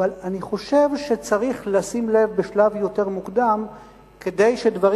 אבל אני חושב שצריך לשים לב בשלב יותר מוקדם כדי שדברים